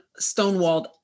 stonewalled